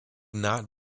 not